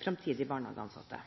fremtidige barnehageansatte.